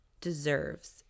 deserves